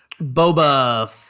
Boba